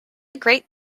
great